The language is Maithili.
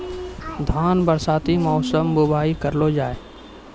धान बरसाती मौसम बुवाई करलो जा?